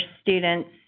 students